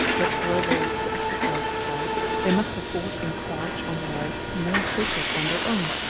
but were they to exercise this right they must perforce encroach on rights more sacred than their own,